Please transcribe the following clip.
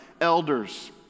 elders